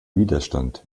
widerstand